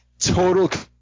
Total